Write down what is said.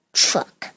truck